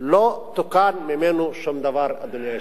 לא תוקן שום דבר ממנו, אדוני היושב-ראש.